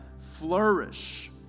flourish